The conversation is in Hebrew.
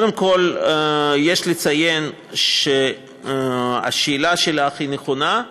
קודם כול, יש לציין שהשאלה שלך היא נכונה,